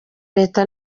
leta